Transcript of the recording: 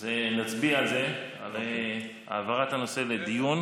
אז נצביע על זה, על העברת הנושא לדיון